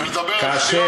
כן,